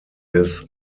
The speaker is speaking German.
des